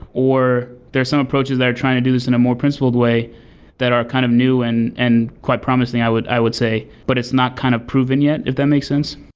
or there're some approaches that are trying to do this in a more principled way that are kind of new and and quite promising i would i would say, but it's not kind of proven yet, if that makes sense.